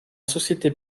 société